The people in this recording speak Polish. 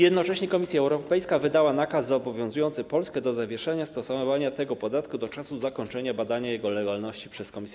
Jednocześnie Komisja Europejska wydała nakaz zobowiązujący Polskę do zawieszenia stosowania tego podatku do czasu zakończenia badania jego legalności przez Komisję.